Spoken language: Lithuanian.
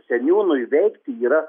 seniūnui veikti yra